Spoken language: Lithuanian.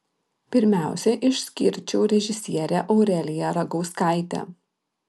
pirmiausia išskirčiau režisierę aureliją ragauskaitę